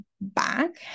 back